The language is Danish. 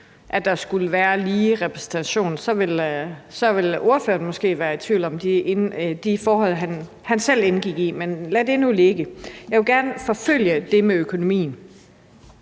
at der skulle være lige repræsentation, ville ordføreren måske være i tvivl om de forhold, han selv indgik i. Men lad det nu ligge. Jeg vil gerne forfølge det med økonomien.